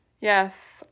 Yes